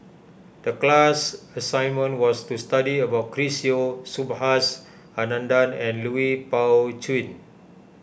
the class assignment was to study about Chris Yeo Subhas Anandan and Lui Pao Chuen